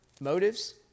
motives